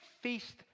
feast